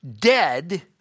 dead